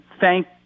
thank